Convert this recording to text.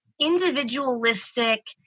individualistic